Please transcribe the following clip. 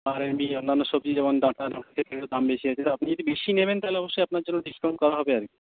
আর এমনি অন্যান্য সবজি যেমন ডাঁটা এগুলোর দাম বেশি আছে আপনি যদি বেশি নেবেন তাহলে অবশ্যই আপনার জন্য ডিসকাউন্ট করা হবে আরকি